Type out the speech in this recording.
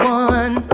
one